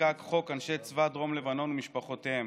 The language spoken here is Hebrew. נחקק חוק אנשי צבא דרום לבנון ומשפחותיהם,